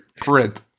Print